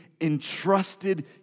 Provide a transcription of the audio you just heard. entrusted